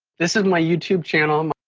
this is my youtube channel.